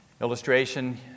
Illustration